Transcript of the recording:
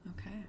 Okay